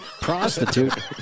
prostitute